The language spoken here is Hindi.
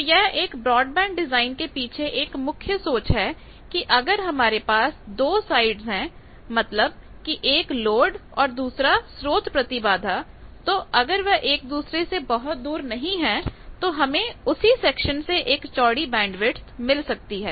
तो यह एक ब्रॉडबैंड डिजाइन के पीछे एक मुख्य सोच है कि अगर हमारे पास दो साइड्स हैं मतलब कि एक लोड और दूसरा स्रोत प्रतिबाधा तो अगर वह एक दूसरे से बहुत दूर नहीं है तो हमें उसी सेक्शन से एक चौड़ी बैंडविथ मिल सकती है